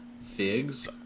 Figs